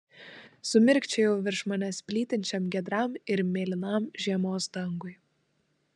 sumirkčiojau virš manęs plytinčiam giedram ir mėlynam žiemos dangui